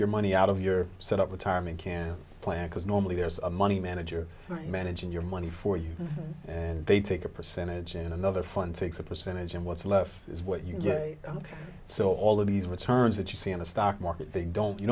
your money out of your set up retirement can plan because normally there's a money manager managing your money for you and they take a percentage and another fund takes a percentage and what's left is what you get ok so all of these returns that you see in the stock market they don't you